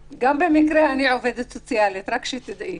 במקרה אני עובדת סוציאלית במקצועי, רק שתדעי.